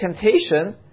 temptation